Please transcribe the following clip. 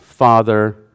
Father